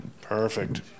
perfect